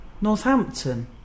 Northampton